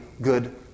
good